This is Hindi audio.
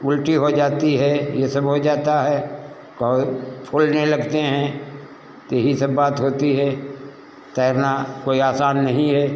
उल्टी हो जाती है ये सब हुई जाता है कोई फूलने लगते हैं ते यही सब बात होती है तैरना कोई आसान नहीं है